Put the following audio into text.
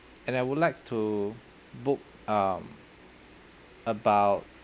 and I would like to book um about